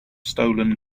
stolen